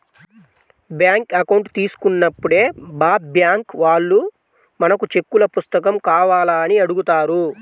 bank account తీసుకున్నప్పుడే bank వాళ్ళు మనకు చెక్కుల పుస్తకం కావాలా అని అడుగుతారు